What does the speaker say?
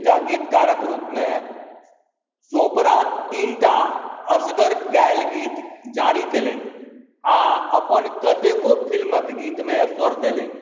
एकटा गीतकारक रूपमे चोपड़ा तीनटा असगर गायल गीत जारी कयलनि आ अपन कतेको फिल्मक गीतमे स्वर देलनि